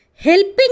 Helping